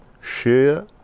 share